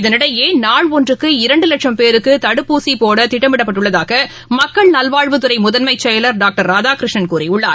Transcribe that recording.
இதனிடையே நாளொன்றுக்கு இரண்டுலட்சம் பேருக்குதடுப்பூசி போடதிட்டமிடப்பட்டுள்ளதாகமக்கள் நல்வாழ்வுத்துறைமுதன்மைச்செயலர் டாக்டர் ராதாகிருஷ்ணன் கூறியுள்ளார்